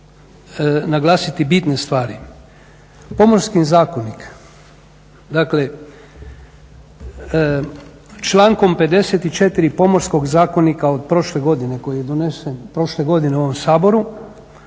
naglasiti bitne stvari. Pomorski zakonik, dakle člankom 54. Pomorskog zakonika od prošle godine koji je